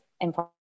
important